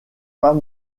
pas